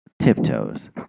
tiptoes